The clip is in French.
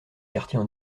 quartiers